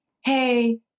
Hey